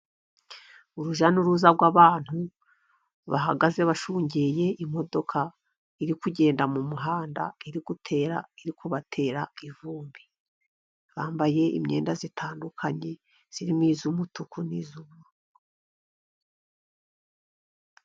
Urujya n'uruza rw'abantu bahagaze bashungereye imodoka, iri kugenda mu muhanda iri kubatera ivumbi. Bambaye imyenda itandukanye irimo iy'umutuku n'iy'ubururu.